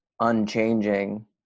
unchanging